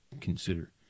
consider